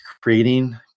creating